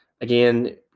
Again